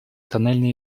тоннельный